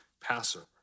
Passover